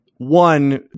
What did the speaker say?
One